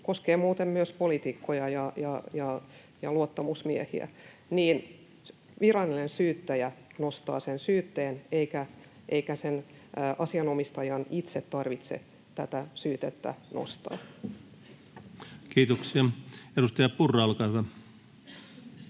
koskee muuten myös poliitikkoja ja luottamusmiehiä — niin virallinen syyttäjä nostaa sen syytteen eikä sen asianomistajan itse tarvitse tätä syytettä nostaa. [Speech 34] Speaker: